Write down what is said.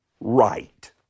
right